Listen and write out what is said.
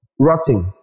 rotting